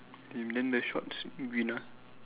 okay then the shorts green ah